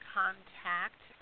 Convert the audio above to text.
contact